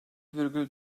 virgül